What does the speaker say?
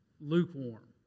lukewarm